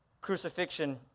Crucifixion